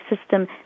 system